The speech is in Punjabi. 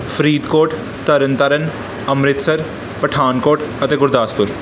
ਫਰੀਦਕੋਟ ਤਰਨ ਤਰਨ ਅੰਮ੍ਰਿਤਸਰ ਪਠਾਨਕੋਟ ਅਤੇ ਗੁਰਦਾਸਪੁਰ